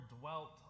dwelt